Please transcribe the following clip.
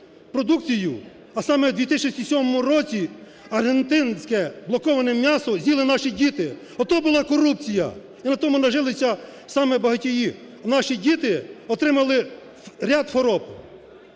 а саме у 2007 році аргентинське блоковане м'ясо з'їли наші діти, ото була корупція і на тому нажилися саме багатії, а наші діти отримали ряд хвороб.